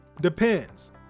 depends